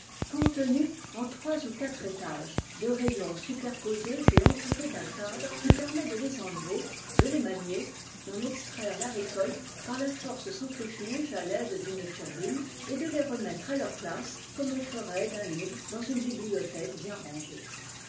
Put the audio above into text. contenus en trois i quatre étages de rayons superposés et entoui i la fondation de la cité d'un cadre qui permet de les enlever de les manier d'en extraire la récolte par la force centrifuge à l'aide d'une turbine et de les remettre h leur place comme on ferait d'un livre dans une bibliothèque bien rangée